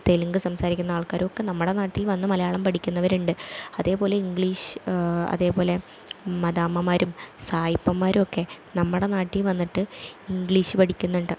തെലുങ്ക് സംസാരിക്കുന്ന ആൾക്കാരുമൊക്കെ നമ്മുടെ നാട്ടിൽ വന്ന് മലയാളം പഠിക്കുന്നവര് ഉണ്ട് അതെപോലെ ഇംഗ്ലീഷ് അതെപോലെ മദാമ്മമാരും സായിപ്പമാരും ഒക്കെ നമ്മുടെ നാട്ടിൽ വന്നിട്ട് ഇംഗ്ലീഷ് പഠിക്കുന്നുണ്ട്